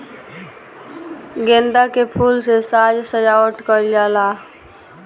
गेंदा के फूल से साज सज्जावट कईल जाला